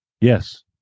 Yes